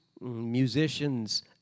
musicians